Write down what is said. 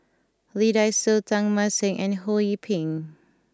Lee Dai Soh Teng Mah Seng and Ho Yee Ping